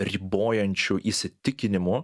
ribojančių įsitikinimų